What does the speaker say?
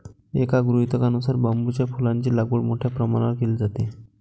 एका गृहीतकानुसार बांबूच्या फुलांची लागवड मोठ्या प्रमाणावर केली जाते